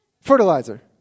fertilizer